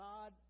God